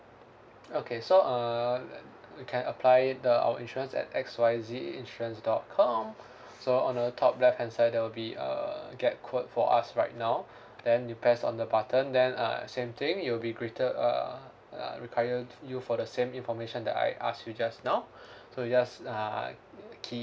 okay so err you can apply it the our insurance at X Y Z insurance dot com so on the top left hand side there will be uh get quote for us right now then you press on the button then uh same thing you'll be greeted uh uh require you for the same information that I asked you just now so you just uh key